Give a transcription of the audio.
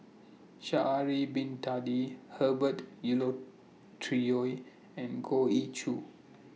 Sha'Ari Bin Tadin Herbert and Goh Ee Choo